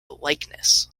likeness